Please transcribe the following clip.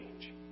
change